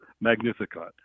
Magnificat